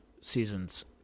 seasons